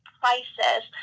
prices